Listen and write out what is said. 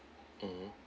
mm